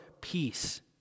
peace